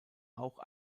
auch